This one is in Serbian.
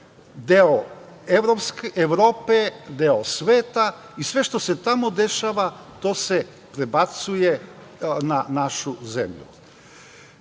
deo Evrope, deo sveta i sve što se tamo dešava to se prebacuje na našu